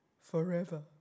forever